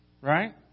right